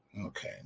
Okay